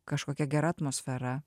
kažkokia gera atmosfera